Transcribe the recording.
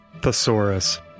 thesaurus